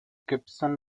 gibson